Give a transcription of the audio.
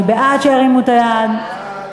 ההסתייגויות לא התקבלו.